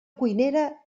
cuinera